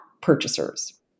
purchasers